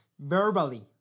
verbally